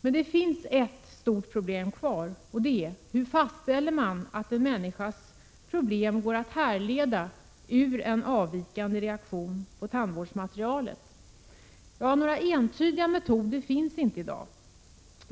Men det finns ett stort problem kvar: Hur fastställer man att en människas problem går att härleda ur en avvikande reaktion på tandvårdsmaterialet? Ja, några entydiga metoder finns det inte i dag.